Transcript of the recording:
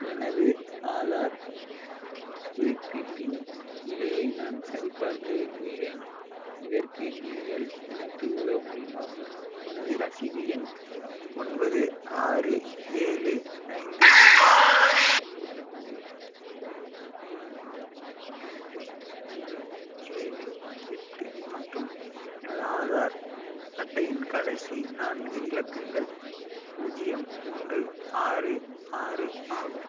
எனது ஆதார் புதுப்பிப்பின் நிலையை நான் சரிபார்க்க விரும்புகிறேன் இதற்கு நீங்கள் எனக்கு உதவ முடியுமா எனது ரசீது எண் ஒன்பது ஆறு ஏழு ஐந்து எட்டு ஐந்து ஆறு இரண்டு மூன்று ஏழு எட்டு மற்றும் எனது ஆதார் அட்டையின் கடைசி நான்கு இலக்கங்கள் பூஜ்ஜியம் மூன்று ஆறு ஆறு ஆகும்